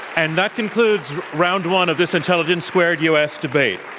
and that concludes round one of this intelligence squared u. s. debate.